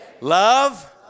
love